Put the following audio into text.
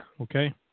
Okay